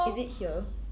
is it here